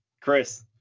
Chris